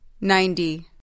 ninety